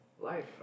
Life